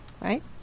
right